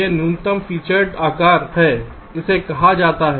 यह न्यूनतम फीचर्ड आकार है इसे कहा जाता है